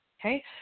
Okay